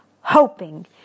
hoping